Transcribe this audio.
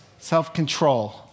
Self-control